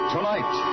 Tonight